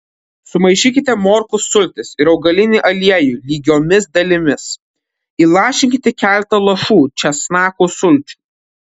sumaišykite morkų sultis ir augalinį aliejų lygiomis dalimis įlašinkite keletą lašų česnakų sulčių